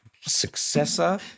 successor